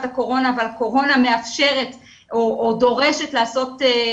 הקורונה אבל הקורונה מאפשרת או דורשת לעשות,